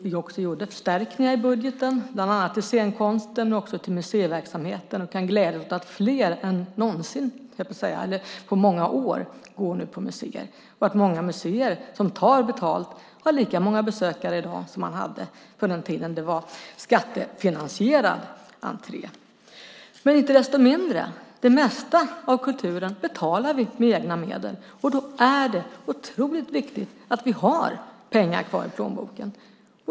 Vi har gjort förstärkningar i budgeten, bland annat till scenkonsten och museiverksamheten, och kan glädja oss åt att fler än på många år nu går på museer. Många museer som tar betalt har lika många besökare i dag som man hade på den tiden det var skattefinansierad entré. Inte desto mindre betalar vi det mesta av kulturen med egna medel, och då är det otroligt viktigt att vi har pengar kvar i plånboken.